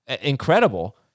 Incredible